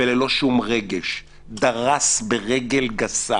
וללא שום רגש, דרס ברגל גסה